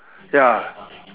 ya